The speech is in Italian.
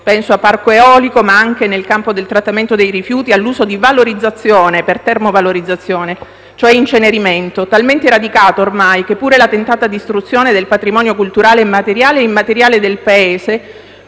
penso a «parco eolico» ma anche, nel campo del trattamento dei rifiuti, all'uso del termine «valorizzazione» per termovalorizzazione, cioè incenerimento, uso ormai talmente radicato che pure la tentata distruzione del patrimonio culturale materiale e immateriale del Paese,